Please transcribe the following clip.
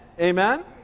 Amen